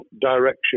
direction